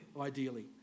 ideally